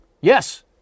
Yes